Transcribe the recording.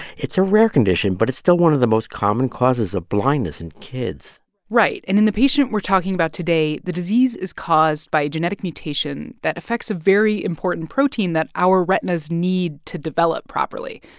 it's a rare condition, but it's still one of the most common causes of ah blindness in kids right. and in the patient we're talking about today, the disease is caused by a genetic mutation that affects a very important protein that our retinas need to develop properly.